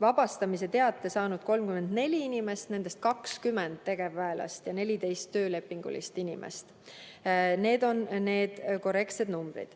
vabastamise teate saanud 34 inimest, nendest 20 tegevväelast ja 14 töölepingulist inimest. Need on korrektsed numbrid.